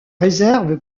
réserve